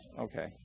Okay